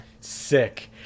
Sick